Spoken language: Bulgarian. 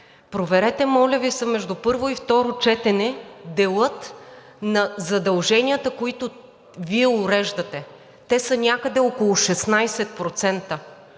Проверете, моля Ви, между първо и второ четене делът на задълженията, които уреждате. Те са някъде около 16%.